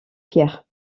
pierres